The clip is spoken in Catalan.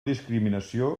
discriminació